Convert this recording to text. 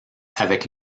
avec